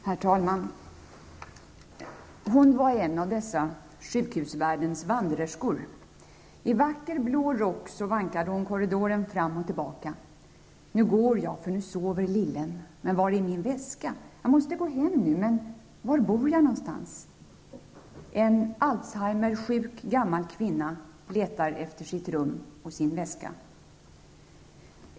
Herr talman! Hon var en av dessa sjukhusvärldens vandrerskor. I vacker blå rock vankade hon korridoren fram och tillbaka. ''Nu går jag, för nu sover lillen -- men var är min väska? -- Jag måste gå hem nu -- men var bor jag någonstans? --''. En gammal Alzheimersjuk kvinna letar efter sitt rum och sin väska.